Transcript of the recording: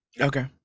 Okay